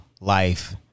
life